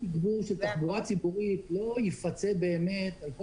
תגבור של תחבורה ציבורית לא יפצה באמת על כל